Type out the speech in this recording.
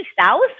South